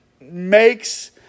makes